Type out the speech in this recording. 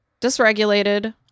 dysregulated